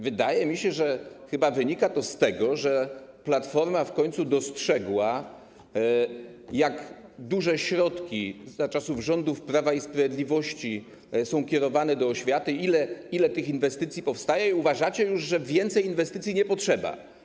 Wydaje mi się, że chyba wynika to z tego, że Platforma w końcu dostrzegła, jak duże środki za czasów rządów Prawa i Sprawiedliwości są kierowane do oświaty, ile tych inwestycji powstaje, i uważacie, że więcej inwestycji już nie potrzeba.